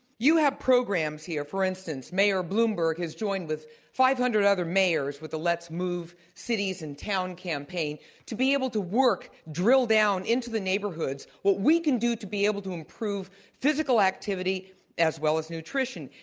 you have programs here, for instance, mayor bloomberg has joined with five hundred other mayors with the let's move cities and town campaign to be able to work, drill down into the neighborhoods. what we can do to be able to improve physical activity as well as nutrition.